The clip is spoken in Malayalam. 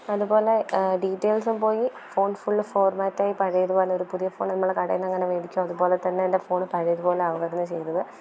അതുപോലെ ഡീറ്റെയ്ൽസും പോയി ഫോൺ ഫുൾ ഫോർമാറ്റ് ആയി പഴയതുപോലൊരു പുതിയ ഫോൺ നമ്മൾ കടയിൽ നിന്നെങ്ങനെ വാങ്ങിക്കുമോ അതുപോലെത്തന്നെ എൻ്റെ ഫോൺ പഴയതുപോലെ ആവുകയായിരുന്നു ചെയ്തത്